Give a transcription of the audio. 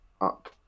up